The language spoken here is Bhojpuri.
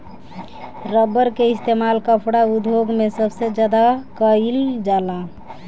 रबर के इस्तेमाल कपड़ा उद्योग मे सबसे ज्यादा कइल जाला